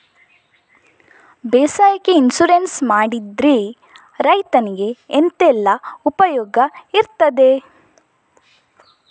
ಬೇಸಾಯಕ್ಕೆ ಇನ್ಸೂರೆನ್ಸ್ ಮಾಡಿದ್ರೆ ರೈತನಿಗೆ ಎಂತೆಲ್ಲ ಉಪಕಾರ ಇರ್ತದೆ?